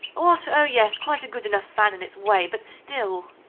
what? oh yes, quite a good enough fan in its way, but still.